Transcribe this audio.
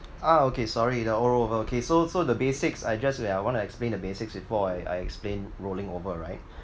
ah okay sorry the rollover okay so so the basics I just wait ah I want to explain the basics before I I explain rolling over right